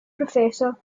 professor